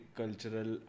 cultural